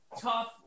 tough